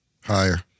Higher